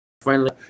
friendly